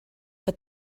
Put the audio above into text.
but